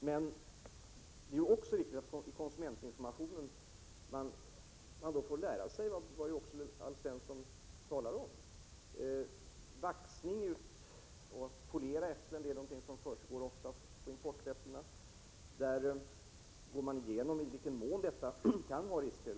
Det är också viktigt att det i konsumentinformationen ingår uppgifter om sådant som Alf Svensson talar om. Vaxning och polering förekommer ofta på importerade äpplen, och man går nu igenom i vilken mån detta kan innebära risker.